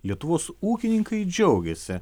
lietuvos ūkininkai džiaugėsi